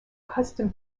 custom